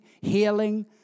healing